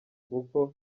kuko